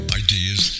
ideas